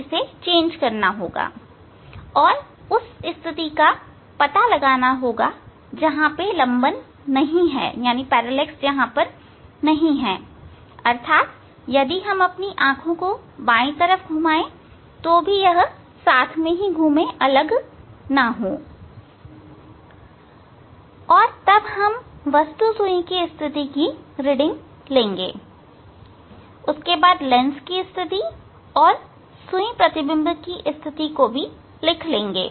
आपको उस स्थिति का पता लगाना होगा जहां लंबन नहीं है अर्थात वे आपकी आंखों को बाएं तरफ घूमने पर अलग नहीं होते हैं और तब हम वस्तु सुई की स्थिति के रीडिंग लेंगे फिर लेंस की स्थिति और सुई प्रतिबिंब की स्थिति की भी रीडिंग लेंगे